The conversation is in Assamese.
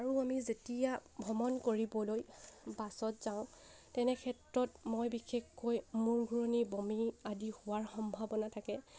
আৰু আমি যেতিয়া ভ্ৰমণ কৰিবলৈ বাছত যাওঁ তেনে ক্ষেত্ৰত মই বিশেষকৈ মূৰ ঘূৰণি বমি আদি হোৱাৰ সম্ভাৱনা থাকে